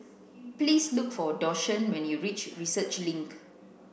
please look for Dashawn when you reach Research Link